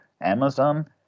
Amazon